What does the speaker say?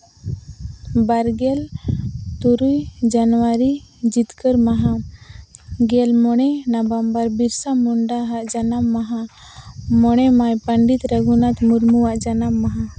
ᱵᱟᱨᱜᱮᱞ ᱛᱩᱨᱩᱭ ᱡᱟᱱᱩᱣᱟᱨᱤ ᱡᱤᱛᱠᱟᱹᱨ ᱢᱟᱦᱟ ᱜᱮᱞ ᱢᱚᱬᱮ ᱱᱚᱵᱷᱮᱢᱵᱚᱨ ᱵᱤᱨᱥᱟ ᱢᱩᱱᱰᱟᱣᱟᱜ ᱡᱟᱱᱟᱢ ᱢᱟᱦᱟ ᱢᱚᱬᱮ ᱢᱮ ᱯᱚᱱᱰᱤᱛ ᱨᱟᱹᱜᱷᱩᱱᱟᱛᱷ ᱢᱩᱨᱢᱩᱣᱟᱜ ᱡᱟᱱᱟᱢ ᱢᱟᱦᱟ